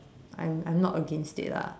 I'm I'm not against it lah